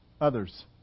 others